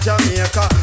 Jamaica